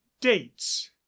dates